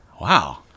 wow